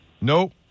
Nope